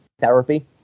therapy